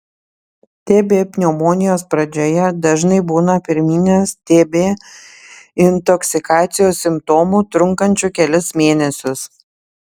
tb pneumonijos pradžioje dažnai būna pirminės tb intoksikacijos simptomų trunkančių kelis mėnesius